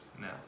now